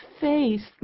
face